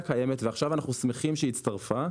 קיימת ועכשיו אנחנו שמחים שהיא הצטרפה,